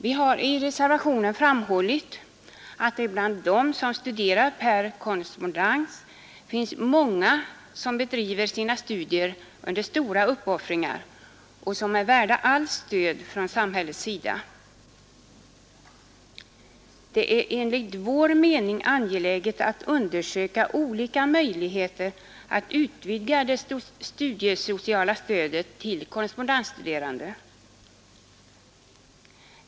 Vi har i reservationen framhållit att det bland dem som studerar per korrespondens finns många som bedriver sina studier under stora uppoffringar och som är värda allt stöd från samhällets sida. Det är enligt vår mening angeläget att undersöka olika möjligheter att utvidga det studiesociala stödet till de korrespondensstuderande.